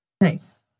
Nice